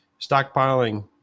stockpiling